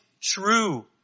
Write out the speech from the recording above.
true